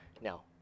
Now